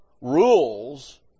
rules